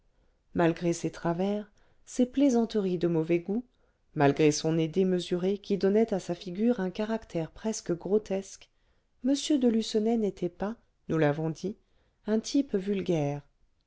malgré ses travers ses plaisanteries de mauvais goût malgré son nez démesuré qui donnait à sa figure un caractère presque grotesque m de lucenay n'était pas nous l'avons dit un type vulgaire